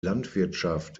landwirtschaft